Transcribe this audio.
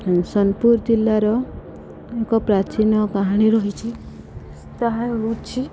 ସୋନପୁର ଜିଲ୍ଲାର ଏକ ପ୍ରାଚୀନ କାହାଣୀ ରହିଛି ତାହା ହେଉଛି